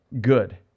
good